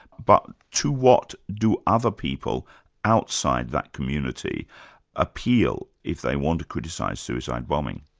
but to what do other people outside that community appeal if they want to criticise suicide bombing?